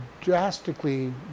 drastically